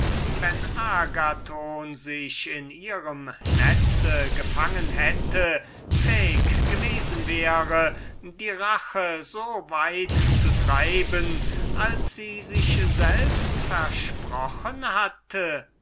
wenn agathon sich in ihrem netze gefangen hätte fähig gewesen wäre die rache so weit zu treiben als sie sich selbst versprochen hatte